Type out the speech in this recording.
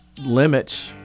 limits